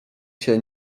się